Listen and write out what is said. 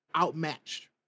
outmatched